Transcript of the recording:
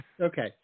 Okay